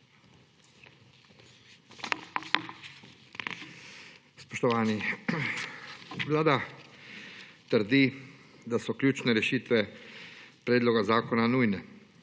Spoštovani! Vlada trdi, da so ključne rešitve predloga zakona nujne,